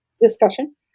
discussion